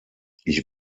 ich